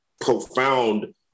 profound